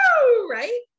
right